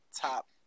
top